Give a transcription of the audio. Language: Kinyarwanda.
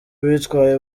bitwaye